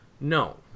No